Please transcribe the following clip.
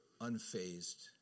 unfazed